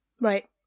Right